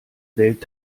welt